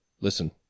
listen